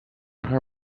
her